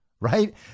right